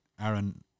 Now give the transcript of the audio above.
Aaron